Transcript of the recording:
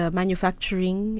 manufacturing